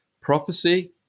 prophecy